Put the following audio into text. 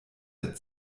der